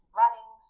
running